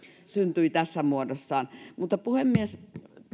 syntyi tässä muodossaan puhemies